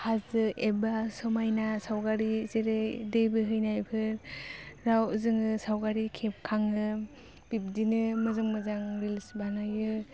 हाजो एबा समायना साावगारि जेरै दै बोहैनायफोराव जोङो सावगारि खेबखाङो बिब्दिनो मोजां मोजां रिल्स बानायो